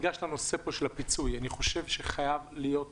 לגבי הפיצוי אני חושב שחייבת לצאת